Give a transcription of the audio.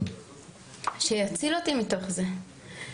שיציל אותי מתוך זה,